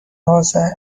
آذر